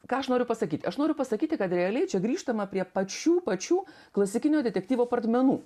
ką aš noriu pasakyt aš noriu pasakyti kad realiai čia grįžtama prie pačių pačių klasikinio detektyvo pradmenų